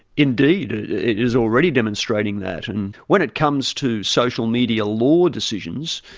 indeed, it is already demonstrating that, and when it comes to social media law decisions,